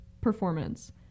performance